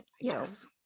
Yes